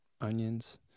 onions